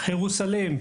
חרוזלם.